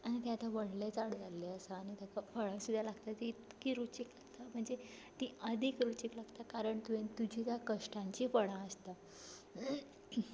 आनी तें आतां व्हडलें झाड जाल्लें आसा आनी ताका फळां सुद्दां लागता तीं इतकी रुचीक लागता म्हन्जे तीं अदीक रुचीक लागता कारण तुवें तुजी त्या कश्टांचीं फळां आसता